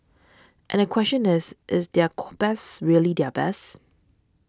and the question is is their best really their best